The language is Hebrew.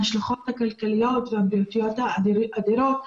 ההשלכות הכלכליות והבריאותיות האדירות,